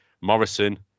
Morrison